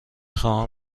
خواهم